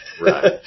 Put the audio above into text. right